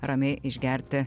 ramiai išgerti